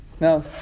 No